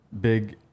Big